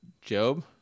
Job